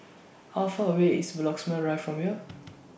How Far away IS Bloxhome Rive from here